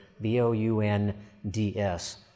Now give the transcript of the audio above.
B-O-U-N-D-S